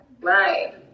Right